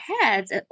heads